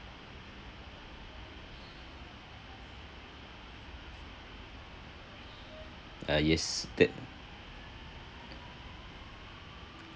ah yes that